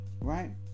right